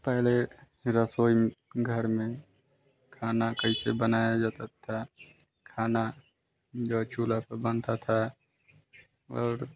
पहले रसोई घर में खाना कैसे बनाया था खाना जो है चुहला पर बनता था और